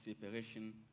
separation